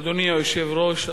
אדוני היושב-ראש,